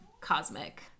cosmic